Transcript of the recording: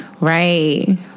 Right